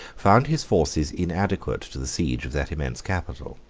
found his forces inadequate to the siege of that immense capital.